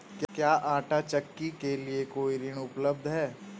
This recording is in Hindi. क्या आंटा चक्की के लिए कोई ऋण उपलब्ध है?